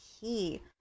key